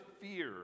fear